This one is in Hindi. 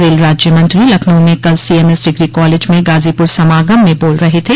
रेल राज्य मंत्री लखनऊ में कल सीएमएस डिग्री कॉलेज में गाजीपुर समागम में बोल रहे थे